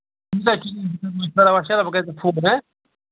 بہٕ کَرے ژےٚ فون